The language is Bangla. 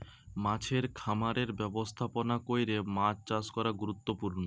মাছের খামারের ব্যবস্থাপনা কইরে মাছ চাষ করা গুরুত্বপূর্ণ